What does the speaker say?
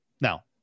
Now